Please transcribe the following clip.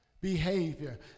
behavior